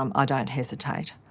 um ah don't hesitate.